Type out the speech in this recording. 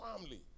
family